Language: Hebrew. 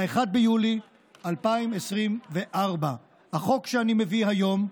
1 ביולי 2024. החוק שאני מביא היום,